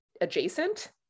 adjacent